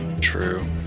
True